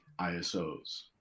ISOs